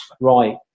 right